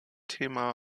thema